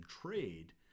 trade